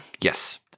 Yes